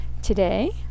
today